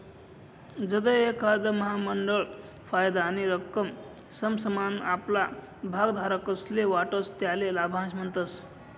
जधय एखांद महामंडळ फायदानी रक्कम समसमान आपला भागधारकस्ले वाटस त्याले लाभांश म्हणतस